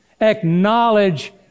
acknowledge